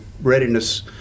readiness